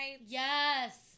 Yes